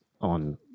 on